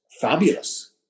fabulous